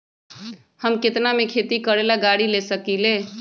हम केतना में खेती करेला गाड़ी ले सकींले?